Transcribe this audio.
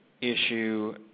issue